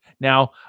Now